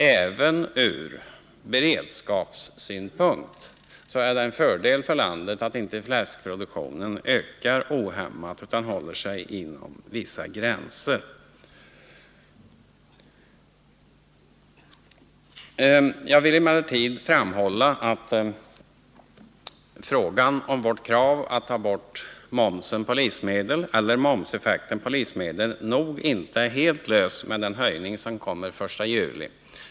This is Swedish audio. Även ur beredskapssynpunkt är det en fördel för landet om fläskproduktionen inte ökar ohämmat utan håller sig inom vissa gränser. Jag vill emellertid framhålla att vårt krav att ta bort momseffekten på livsmedel nog inte är helt tillgodosett med den höjning som kommer den 1 juli.